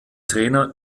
trainer